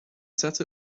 set